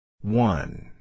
One